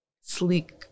sleek